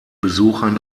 besuchern